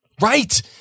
Right